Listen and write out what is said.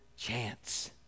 chance